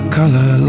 color